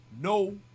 No